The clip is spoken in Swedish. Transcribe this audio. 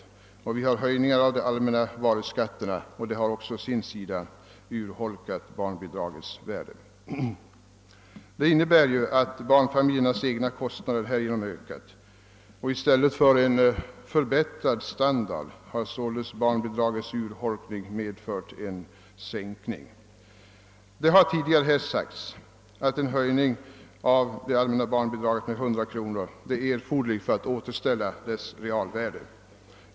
Vi har dessutom haft höjningar av de allmänna varuskatterna, och även detta har urholkat bidragets värde. Detta innebär att barnfamiljernas egna kostnader har ökat, och i stället för en förbättring av sin standard har barnfamiljerna genom barnbidragets urholkning fått en sänkning av standarden. En höjning av det allmänna barnbidraget med 100 kronor är erforderlig för att återställa dess realvärde.